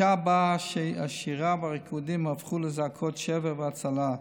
בשעה שבה השירה והריקודים הפכו לזעקות שבר והצלה.